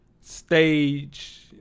stage